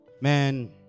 man